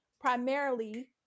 primarily